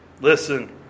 Listen